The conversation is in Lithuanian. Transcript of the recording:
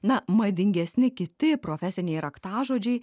na madingesni kiti profesiniai raktažodžiai